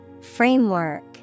Framework